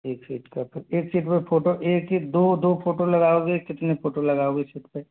एक शीट का फिर एक शीट पर फोटो एक एक दो दो फोटो लगाओगे कितने फोटो लगाओगे एक शीट पे